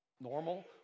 normal